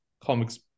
comics